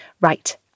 Right